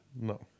No